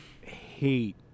hate